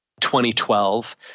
2012